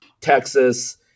Texas –